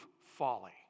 folly